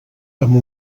amb